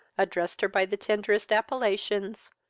addressed her by the tenderest appellations,